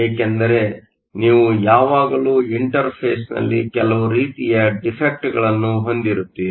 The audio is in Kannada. ಏಕೆಂದರೆ ನೀವು ಯಾವಾಗಲೂ ಇಂಟರ್ಫೇಸ್ನಲ್ಲಿ ಕೆಲವು ರೀತಿಯ ಡಿಫೆಕ್ಟ್ಗಳನ್ನು ಹೊಂದಿರುತ್ತೀರಿ